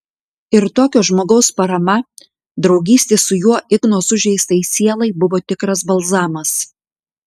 ir tokio žmogaus parama draugystė su juo igno sužeistai sielai buvo tikras balzamas